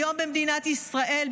היום במדינת ישראל,